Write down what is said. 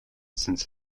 since